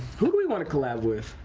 who do we want to collaborate with.